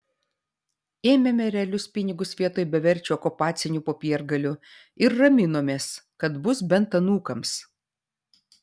ėmėme realius pinigus vietoj beverčių okupacinių popiergalių ir raminomės kad bus bent anūkams